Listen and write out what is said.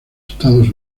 estados